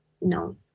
no